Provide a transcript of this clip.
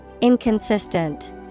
Inconsistent